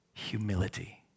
humility